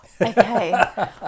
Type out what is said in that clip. Okay